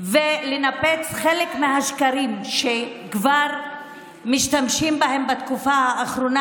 ולנפץ חלק מהשקרים שכבר משתמשים בהם בתקופה האחרונה